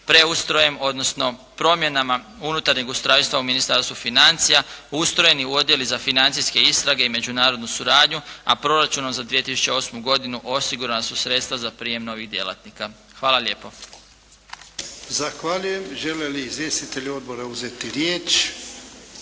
preustrojem odnosno promjena unutarnjeg ustrojstva u Ministarstvu financija ustrojeni u Odjelu za financijske istrage i međunarodnu suradnju, a proračunom za 2008. godinu osigurana su sredstva za prijem novih djelatnika. Hvala lijepo.